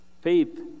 faith